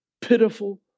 pitiful